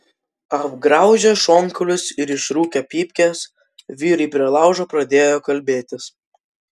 apgraužę šonkaulius ir išrūkę pypkes vyrai prie laužo pradėjo kalbėtis